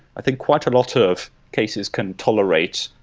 i think quite a lot of cases can tolerate